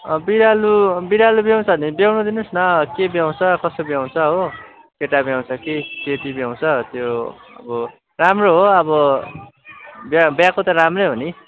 बिरालो ब्याउँछ भने ब्याउन दिनुहोस् न के बियाउँछ कसो बियाउँछ हो केटा बियाउँछ कि केटी बियाउँछ त्यो अब राम्रो हो अब ब्या बियाएको त राम्रै हो नि